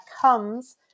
comes